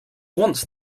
once